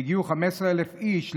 שהגיעו 15,000 איש לחומש,